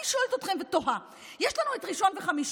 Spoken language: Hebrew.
אני שואלת אתכם ותוהה: יש לנו את ראשון וחמישי,